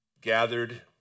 gathered